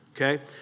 Okay